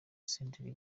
senderi